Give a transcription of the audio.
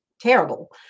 terrible